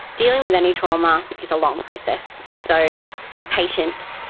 dealing with any trauma is a long process, so be patient,